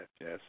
yes